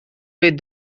with